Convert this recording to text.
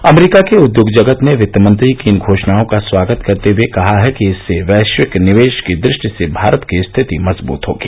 अमरीका के उद्योग जगत ने वित्तमंत्री की इन घोषणाओं का स्वागत करते हुए कहा है कि इससे वैश्विक निवेश की दृष्टि से भारत की स्थिति मजबूत होगी